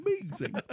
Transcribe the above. amazing